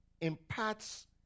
imparts